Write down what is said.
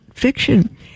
fiction